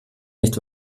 nicht